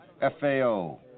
FAO